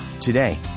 Today